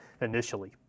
initially